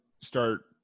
start